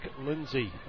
Lindsay